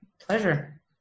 Pleasure